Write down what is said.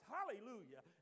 Hallelujah